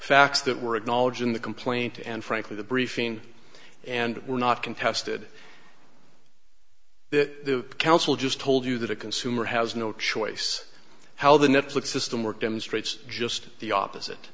facts that were acknowledged in the complaint and frankly the briefing and were not contested the council just told you that a consumer has no choice how the netflix system work demonstrates just the opposite